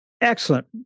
excellent